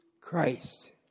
Christ